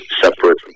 separate